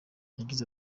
yagize